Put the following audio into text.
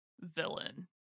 villain